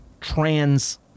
trans